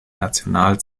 national